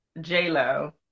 J-Lo